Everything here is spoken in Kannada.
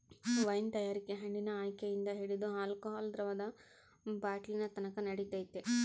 ವೈನ್ ತಯಾರಿಕೆ ಹಣ್ಣಿನ ಆಯ್ಕೆಯಿಂದ ಹಿಡಿದು ಆಲ್ಕೋಹಾಲ್ ದ್ರವದ ಬಾಟ್ಲಿನತಕನ ನಡಿತೈತೆ